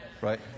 Right